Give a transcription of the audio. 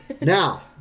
Now